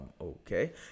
okay